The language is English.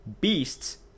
beasts